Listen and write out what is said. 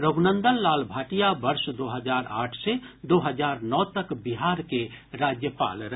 रघुनन्दन लाल भाटिया वर्ष दो हजार आठ से दो हजार नौ तक बिहार के राज्यपाल रहे